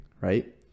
right